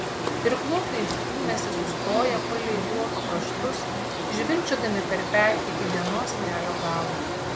irkluotojai stūmėsi sustoję palei luoto kraštus žvilgčiodami per petį į dienos kelio galą